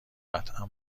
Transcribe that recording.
قطعا